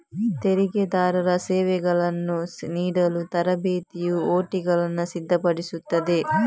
ತೆರಿಗೆದಾರರ ಸೇವೆಗಳನ್ನು ನೀಡಲು ತರಬೇತಿಯು ಒ.ಟಿಗಳನ್ನು ಸಿದ್ಧಪಡಿಸುತ್ತದೆ